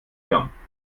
hirn